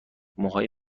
موهای